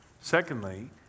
Secondly